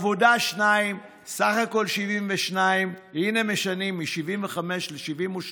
העבודה, 2. סך הכול 72. הינה, משנים מ-75 ל-72.